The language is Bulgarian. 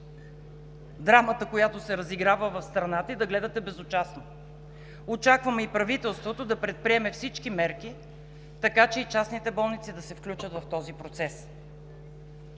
драмата, която се разиграва в страната и да гледате безучастно! Очакваме и правителството да предприеме всички мерки, така че и частните болници да се включат в този процес.